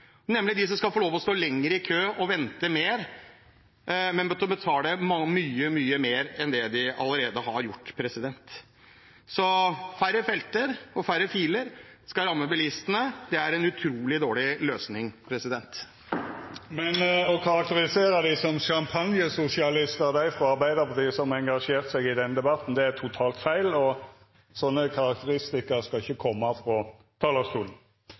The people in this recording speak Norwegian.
nemlig de som skal få lov til å stå lenger i kø og vente mer, men som er nødt til å betale mye, mye er enn det de allerede har gjort. Færre felter og færre filer skal ramme bilistene. Det er en utrolig dårlig løsning. Å karakterisera dei frå Arbeidarpartiet som har engasjert seg i denne debatten, som «champagnesosialistar», er totalt feil, og sånne karakteristikkar skal